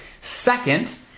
Second